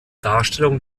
darstellung